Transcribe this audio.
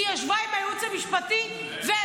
כי היא ישבה העם הייעוץ המשפטי והבינה.